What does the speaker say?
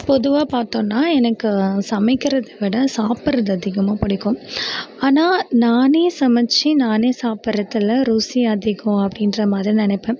பொதுவாக பார்த்தோன்னா எனக்கு சமைக்கிறதை விட சாப்பிட்றது அதிகமாக பிடிக்கும் ஆனால் நானே சமைச்சி நானே சாப்பிட்றதுல ருசி அதிகம் அப்படின்ற மாதிரி நினப்பேன்